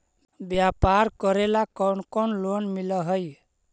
व्यापार करेला कौन कौन लोन मिल हइ?